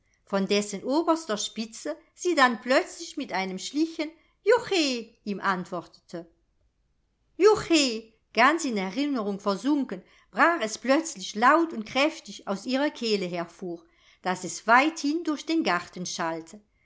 von dessen oberster spitze sie dann plötzlich mit einem schlichen juchhe ihm antwortete juchhe ganz in erinnerung versunken brach es plötzlich laut und kräftig aus ihrer kehle hervor daß es weithin durch den garten schallte